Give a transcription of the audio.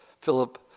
Philip